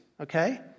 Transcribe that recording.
okay